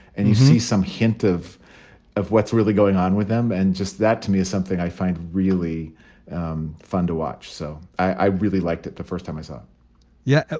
and you see some hint of of what's really going on with them. and just that to me, is something i find really um fun to watch. so i really liked it the first time i saw yeah.